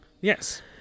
Yes